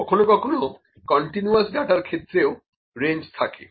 কখনো কখনো কন্টিনিউয়াস ডাটার ক্ষেত্রেও রেঞ্জ থাকে